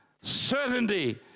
certainty